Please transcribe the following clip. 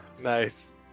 Nice